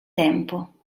tempo